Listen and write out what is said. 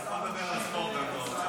אתה יכול לדבר על ספורט אם אתה רוצה.